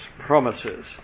promises